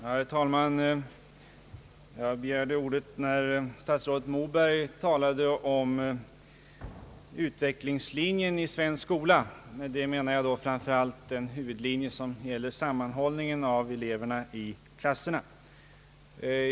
Herr talman! Jag begärde ordet när statsrådet Moberg talade om utvecklingslinjen i svensk skola, och då framför allt debatten om sammanhållningen av eleverna i klasserna.